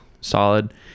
solid